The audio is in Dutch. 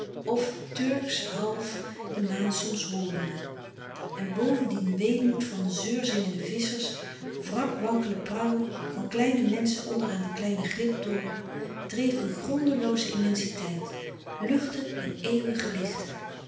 of turksch half de maan soms hoornde en boven dien weemoed van zeurzingende visschers wrakwankele prauwen van louis couperus de stille kracht kleine menschen onder aan den kleinen glimptoren dreef een grondelooze immensiteit luchten en eeuwige lichten